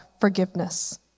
forgiveness